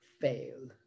fail